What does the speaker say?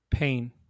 Pain